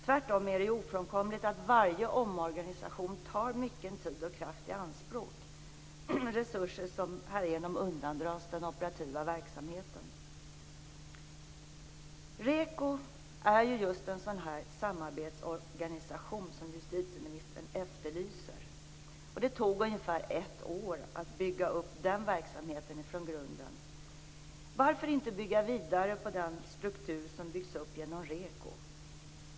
Tvärtom är det ofrånkomligt att varje omorganisation tar mycken tid och kraft i anspråk - resurser som härigenom undandras den operativa verksamheten. Riksenheten mot ekonomisk brottslighet, REKO, är just en sådan samarbetsorganisation som justitieministern efterlyser. Det tog ungefär ett år att bygga upp den här verksamheten från grunden. Varför inte bygga vidare på den struktur som byggts upp genom REKO?